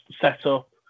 setup